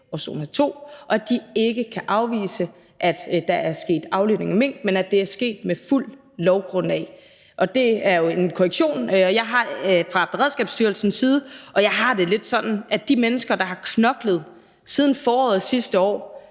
og at de ikke kan afvise, at der er sket aflivning af mink, men at det er sket med fuldt lovgrundlag. Det er jo en korrektion, jeg har fra Beredskabsstyrelsens side, og jeg har det lidt sådan, at de mennesker, der har knoklet siden foråret sidste år,